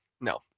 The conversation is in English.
No